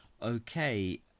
Okay